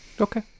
Okay